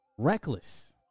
Reckless